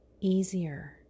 easier